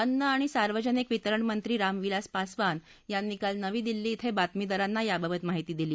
अन्न आणि सार्वजनिक वितरण मंत्री रामविलास पासवान यांनी काल नवी दिल्ली कें बातमीदारांना याबाबत माहिती दिली